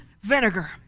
vinegar